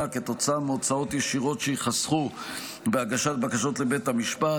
כתוצאה מהוצאות ישירות שייחסכו בהגשת בקשות לבית המשפט,